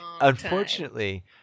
Unfortunately